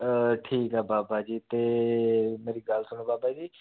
ਠੀਕ ਹੈ ਬਾਬਾ ਜੀ ਅਤੇ ਮੇਰੀ ਗੱਲ ਸੁਣੋ ਬਾਬਾ ਜੀ